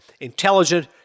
intelligent